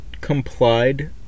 complied